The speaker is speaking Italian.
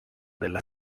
della